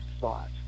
thought